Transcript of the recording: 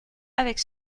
avec